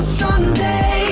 someday